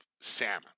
salmon